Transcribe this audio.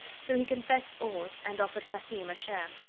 so he confessed all and offered cassim a share.